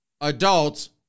Adults